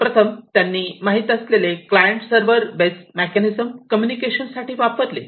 सर्वप्रथम त्यांनी माहीत असलेले client server base mechanism communication साठी वापरले